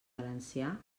valencià